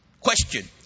Question